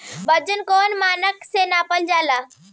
वजन कौन मानक से मापल जाला?